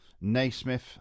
Naismith